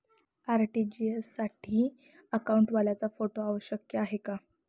RTGS साठी अकाउंटवाल्याचा photo आवश्यक आहे का?